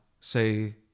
say